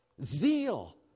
Zeal